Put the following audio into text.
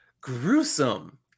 Gruesome